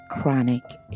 chronic